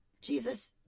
Jesus